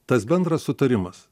tas bendras sutarimas